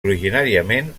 originàriament